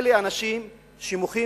אלה אנשים שמוחים